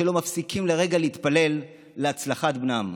שלא מפסיקים לרגע להתפלל להצלחת בנם.